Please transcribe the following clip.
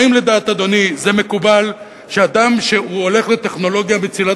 האם לדעת אדוני זה מקובל שאדם שהולך לטכנולוגיה מצילת